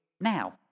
now